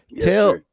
tell